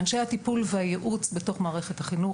אנשי הטיפול והייעוץ בתוך מערכת החינוך,